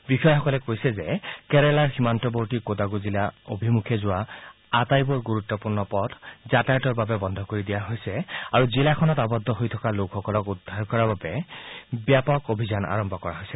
বিষয়াসকলে কৈছে যে কেৰালাৰ সীমান্তৱৰ্তী কোদাণ্ড জিলা অভিমুখে যোৱা আটাইবোৰ গুৰুত্বপূৰ্ণ পথ যাতায়াতৰ বাবে বন্ধ কৰি দিয়া হৈছে আৰু জিলাখনত আবদ্ধ হৈ থকা লোকসকলক উদ্ধাৰ কৰাৰ উদ্দেশ্যে ব্যাপক অভিযান আৰম্ভ কৰা হৈছে